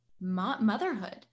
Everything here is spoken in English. motherhood